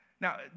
Now